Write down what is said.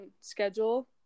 schedule